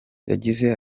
yagize